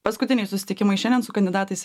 paskutiniai susitikimai šiandien su kandidatais